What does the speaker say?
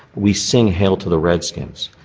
we sing hail to the redskins.